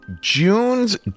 June's